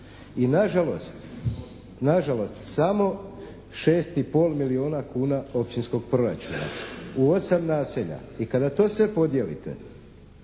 i nažalost samo šest i pol milijuna kuna općinskog proračuna u 8 naselja. I kada to sve podijelite